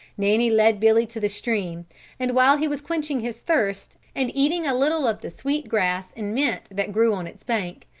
nanny led billy to the stream and while he was quenching his thirst and eating a little of the sweet grass and mint that grew on its bank,